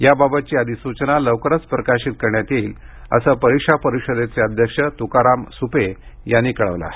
याबाबतचीअधिसूचना लवकरच प्रसिध्द करण्यात येईल असं परीक्षा परिषदेचे अध्यक्ष तुकाराम सुपे यांनी कळविलंआहे